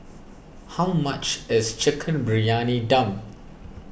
how much is Chicken Briyani Dum